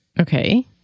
Okay